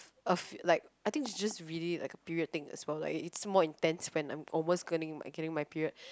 of like I think it's just really like a period thing as well like it's more intense friend I'm almost getting getting my period